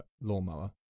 lawnmower